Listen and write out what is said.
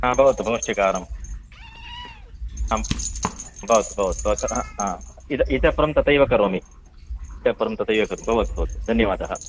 हा भवतु पौष्टिकाहारः आं भवतु भवतु भवतु अ ह इत् इतःपरं तथैव करोमि इतःपरं तथैव करोमि भवतु भवतु धन्यवादः